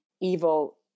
evil